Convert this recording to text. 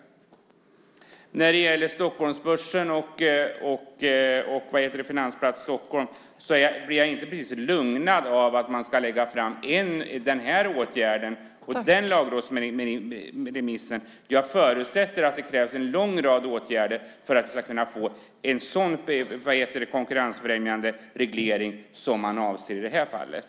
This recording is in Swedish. När det gäller Stockholmsbörsen och Finansplats Stockholm blir jag inte precis lugnad av att man ska lägga fram den här åtgärden och den lagrådsremissen. Jag förutsätter att det krävs en lång rad åtgärder för att man ska kunna få en sådan konkurrensvrängande reglering som man avser i det här fallet.